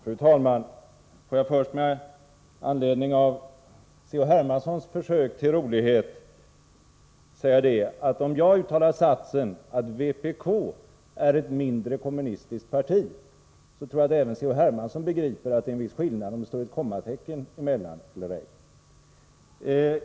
Fru talman! Får jag först, med anledning av C.-H. Hermanssons försök till rolighet, säga att om jag uttalar satsen att vpk är ett mindre, kommunistiskt parti, tror jag även C.-H. Hermansson begriper att det gör en viss skillnad om det står ett kommatecken emellan eller ej.